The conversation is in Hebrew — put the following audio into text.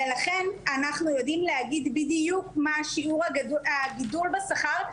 ולכן אנחנו יודעים להגיד בדיוק מה הגידול בשכר,